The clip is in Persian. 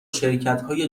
شرکتهای